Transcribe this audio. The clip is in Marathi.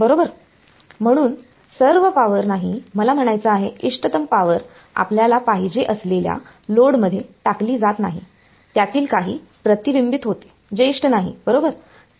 बरोबर म्हणून सर्व पावर नाही मला म्हणायचं आहे इष्टतम पावर आपल्याला पाहिजे असलेल्या लोड मध्ये टाकली जात नाही त्यातील काही प्रतिबिंबित होते जे इष्ट नाही बरोबर